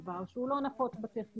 דבר שהוא לא נפוץ בטכניון.